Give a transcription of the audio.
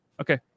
Okay